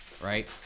right